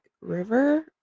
river